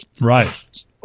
right